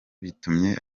bitumye